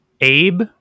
Abe